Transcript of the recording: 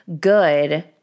good